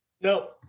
no